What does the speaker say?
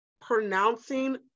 pronouncing